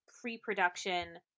pre-production